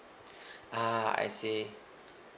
ah I see